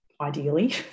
ideally